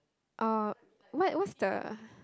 uh what what's the